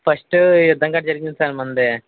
first యుద్ధం జరిగింది గట్టా జరిగింది సార్ మనది